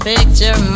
Picture